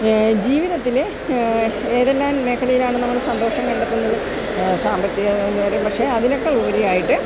ജീവിതത്തില് ഏതെല്ലാം മേഖലയിലാണ് നമ്മള് സന്തോഷം കണ്ടെത്തുന്നത് സാമ്പത്തികം ഒരുപക്ഷെ അതിലൊക്കെ ഉപരിയായിട്ട്